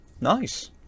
Nice